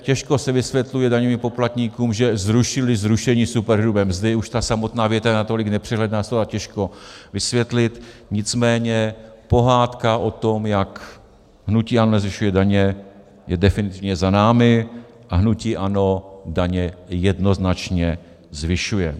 Těžko se vysvětluje daňovým poplatníkům, že zrušili zrušení superhrubé mzdy, už ta samotná věta je natolik nepřehledná, slova těžko vysvětlit, nicméně pohádka o tom, jak hnutí ANO nezvyšuje daně, je definitivně za námi a hnutí ANO daně jednoznačně zvyšuje.